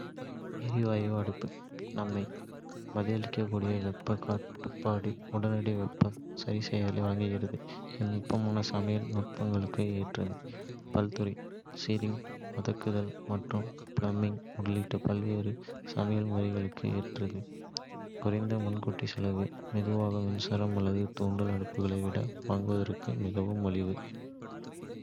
எரிவாயு அடுப்புகள். நன்மை. பதிலளிக்கக்கூடிய வெப்ப கட்டுப்பாடு உடனடி வெப்ப சரிசெய்தலை வழங்குகிறது, இது நுட்பமான சமையல் நுட்பங்களுக்கு ஏற்றது. பல்துறை சீரிங், வதக்குதல் மற்றும் ஃபிளாம்பிங் உள்ளிட்ட பல்வேறு சமையல் முறைகளுக்கு ஏற்றது. குறைந்த முன்கூட்டிய செலவு பொதுவாக மின்சார அல்லது தூண்டல் அடுப்புகளை விட வாங்குவதற்கு மிகவும் மலிவு.